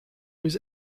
was